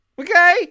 okay